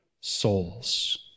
souls